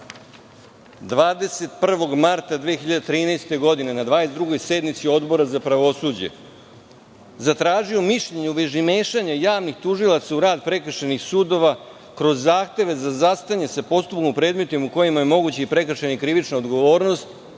21. marta 2013. godine, na 22. sednici Odbora za pravosuđe, zatražio mišljenje u vezi mešanja javnih tužilaca u rad prekršajnih sudova kroz zahteve za zastajanje sa postupkom u predmetima u kojima je moguća i prekršajna i krivična odgovornost.